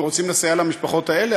ורוצים לסייע למשפחות האלה,